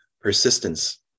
Persistence